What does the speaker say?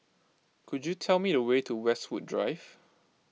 could you tell me the way to Westwood Drive